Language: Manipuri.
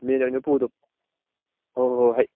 ꯃꯦꯟ ꯑꯣꯏꯅ ꯄꯨꯒꯗꯧꯕ ꯍꯣꯏ ꯍꯣꯏ